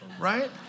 right